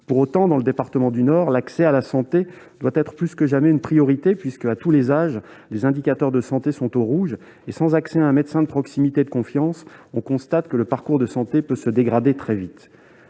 Pour autant, dans le département du Nord, l'accès à la santé doit être, plus que jamais, une priorité, puisque, à tous les âges, les indicateurs de santé sont au rouge. Sans accès à un médecin de proximité de confiance, le parcours de santé peut se dégrader très vite.